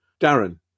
Darren